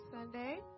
Sunday